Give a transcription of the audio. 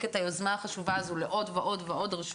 את היוזמה החשובה הזו לעוד רשויות.